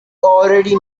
already